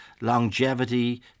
longevity